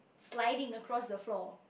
sliding across the floor